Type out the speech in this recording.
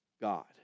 God